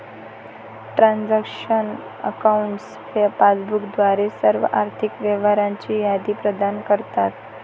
transaction accounts passbook द्वारे सर्व आर्थिक व्यवहारांची यादी प्रदान करतात